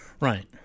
Right